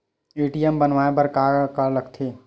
ATM बनवाय बर का का लगथे?